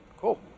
Cool